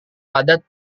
padat